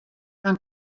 dan